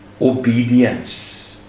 obedience